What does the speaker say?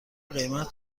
قیمت